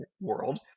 world